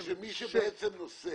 זאת אומרת שמי שבעצם נושא